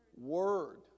word